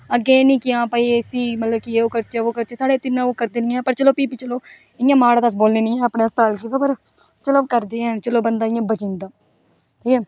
अग्गें एह् निं कि हां भाई इस्सी मतलब कि एह् ओह् करचै ओह् करचै साढ़े इत्थै इन्ना ओह् करदे निं हैन पर चलो भी बी चलो इ'यां माड़ा ते अस बोलने निं है अपने अस्ताल गी पर चलो करदे हैन चलो बंदा इ'यां बची जंदा ठीक ऐ